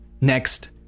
Next